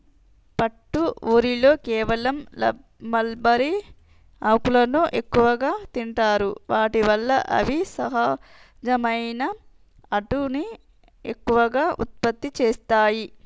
పట్టు ఊరిలో కేవలం మల్బరీ ఆకులను ఎక్కువగా తింటాయి వాటి వల్ల అవి సహజమైన పట్టుని ఎక్కువగా ఉత్పత్తి చేస్తాయి